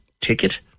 ticket